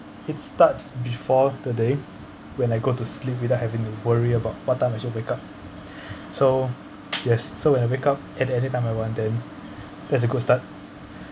it starts before the day when I go to sleep without having to worry about what time that you wake up so yes so when I wake up at anytime I want then that's a good start